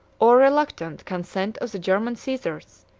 or reluctant, consent of the german caesars,